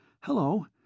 Hello